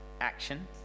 action